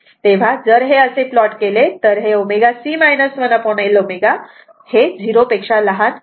तेव्हा जर हे असे प्लॉट केले तर हे ω C 1L ω 0 असे येईल